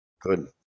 Good